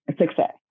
success